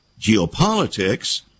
geopolitics